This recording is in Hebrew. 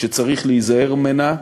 שצריך להיזהר ממנה: